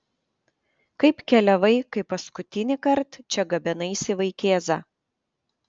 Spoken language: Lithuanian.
kaip keliavai kai paskutinįkart čia gabenaisi vaikėzą